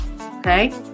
Okay